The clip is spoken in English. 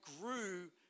grew